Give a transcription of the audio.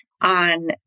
on